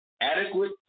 adequate